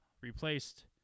replaced